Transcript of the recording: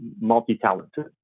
multi-talented